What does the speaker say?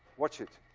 watch it.